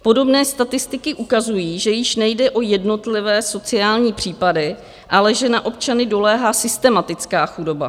Podobné statistiky ukazují, že již nejde o jednotlivé sociální případy, ale že na občany doléhá systematická chudoba.